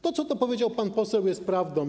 To, co powiedział pan poseł, jest prawdą.